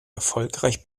erfolgreich